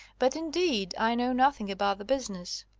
but indeed i know nothing about the business.